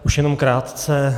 Už jenom krátce.